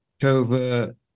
covert